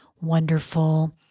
wonderful